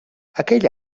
aquell